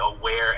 aware